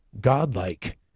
godlike